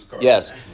Yes